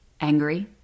angry